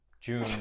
June